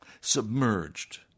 Submerged